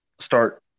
start